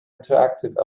interactive